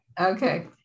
Okay